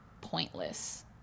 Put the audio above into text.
pointless